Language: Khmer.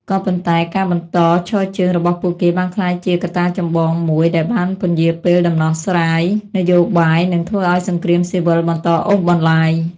ក៏ប៉ុន្តែការបន្តឈរជើងរបស់ពួកគេបានក្លាយជាកត្តាចម្បងមួយដែលបានពន្យារពេលដំណោះស្រាយនយោបាយ និងធ្វើឱ្យសង្គ្រាមស៊ីវិលបន្តអូសបន្លាយ។